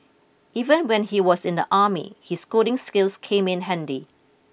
even when he was in the army his coding skills came in handy